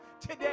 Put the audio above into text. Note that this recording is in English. today